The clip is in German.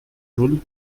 null